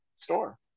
store